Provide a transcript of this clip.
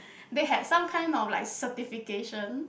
they had some kind of like certification